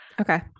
okay